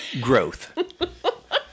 growth